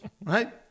right